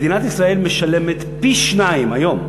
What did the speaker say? מדינת ישראל משלמת פי-שניים היום,